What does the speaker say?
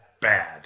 bad